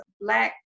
black